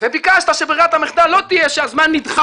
שברירת המחדל לא תהיה שהזמן נדחה